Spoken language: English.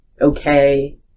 okay